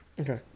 Okay